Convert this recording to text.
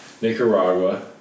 Nicaragua